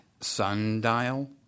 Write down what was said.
sundial